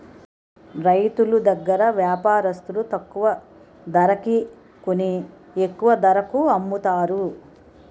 రైతులు దగ్గర వ్యాపారస్తులు తక్కువ ధరకి కొని ఎక్కువ ధరకు అమ్ముతారు